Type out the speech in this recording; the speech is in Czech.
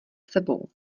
sebou